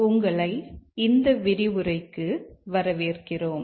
உங்களை இந்த விரிவுரைக்கு வரவேற்கிறோம்